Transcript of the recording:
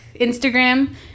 instagram